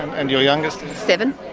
and your youngest and is? seven.